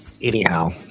Anyhow